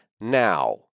now